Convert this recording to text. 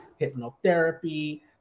hypnotherapy